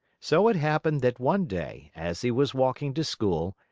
so it happened that one day, as he was walking to school,